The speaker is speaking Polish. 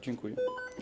Dziękuję.